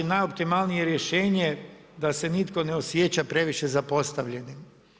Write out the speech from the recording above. Najoptimalnije rješenje je da se nitko ne osjeća previše zapostavljenim.